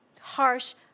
harsh